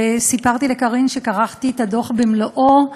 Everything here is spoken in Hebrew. וסיפרתי לקארין שכרכתי את הדוח במלואו,